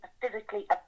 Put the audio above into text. physically